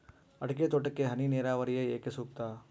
ಅಡಿಕೆ ತೋಟಕ್ಕೆ ಹನಿ ನೇರಾವರಿಯೇ ಏಕೆ ಸೂಕ್ತ?